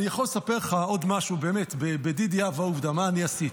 אני יכול לספר לך עוד משהו בדידי הווה עובדא מה אני עשיתי.